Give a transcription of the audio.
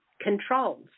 controls